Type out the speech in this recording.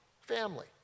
family